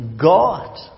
God